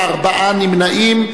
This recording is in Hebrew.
וארבעה נמנעים.